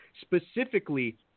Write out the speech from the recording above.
specifically